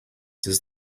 does